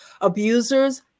abusers